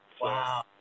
Wow